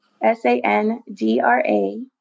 S-A-N-D-R-A